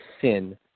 sin